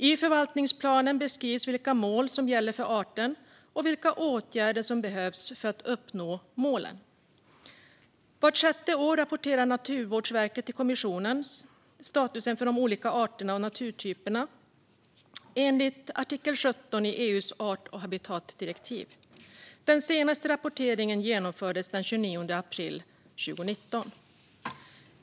I förvaltningsplanen beskrivs vilka mål som gäller för arten och vilka åtgärder som behövs för att uppnå målen. Vart sjätte år rapporterar Naturvårdsverket till kommissionen statusen för de olika arterna och naturtyperna enligt artikel 17 i EU:s art och habitatdirektiv. Den senaste rapporteringen genomfördes den 29 april 2019.